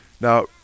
Now